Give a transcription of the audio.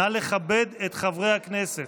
נא לכבד את חברי הכנסת.